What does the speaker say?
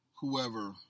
whoever